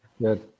Good